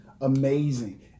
amazing